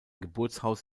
geburtshaus